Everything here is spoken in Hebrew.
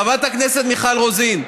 חברת הכנסת מיכל רוזין,